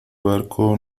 barco